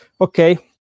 okay